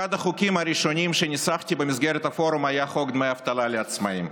אחד החוקים הראשונים שניסחתי במסגרת הפורום היה חוק דמי אבטלה לעצמאים.